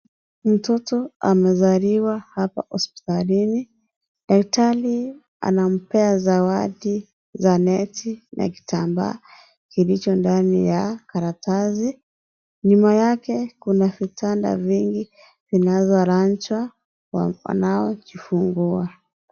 Mtoto amezaliwa hapa hospitalini. Daktari anampea zawadi za neti na kitambaa kilicho ndani ya karatasi. Nyuma yake, kuna vitanda vingi, vinavyolazwa wanaojifungua.